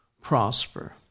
prosper